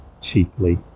cheaply